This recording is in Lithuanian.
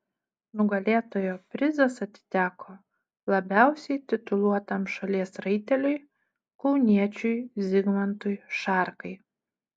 nugalėtojo prizas atiteko labiausiai tituluotam šalies raiteliui kauniečiui zigmantui šarkai